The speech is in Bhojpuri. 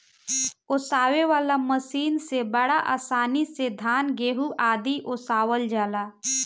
ओसावे वाला मशीन से बड़ा आसानी से धान, गेंहू आदि ओसावल जाला